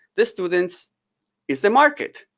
the students is the market,